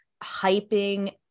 hyping